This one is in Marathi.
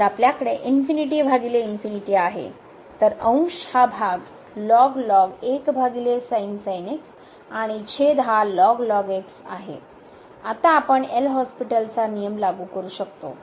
तर आपल्याकडे ∞∞ आहे तर अंश हा भाग आणि छेद हा आहे आता आपण L'हॉस्पिटलचा नियम लागू करू शकतो